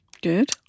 Good